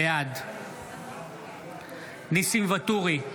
בעד ניסים ואטורי,